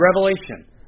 revelation